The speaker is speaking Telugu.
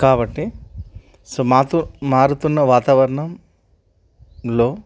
కాబట్టి సో మాతో మారుతున్న వాతావరణంలో